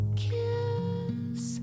kiss